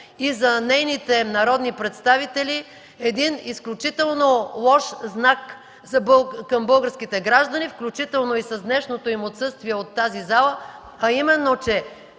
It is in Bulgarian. и за нейните народни представители, изключително лош знак към българските граждани, включително и с днешното им отсъствие от тази зала, а именно, че